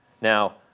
Now